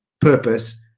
purpose